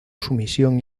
sumisión